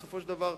בסופו של דבר,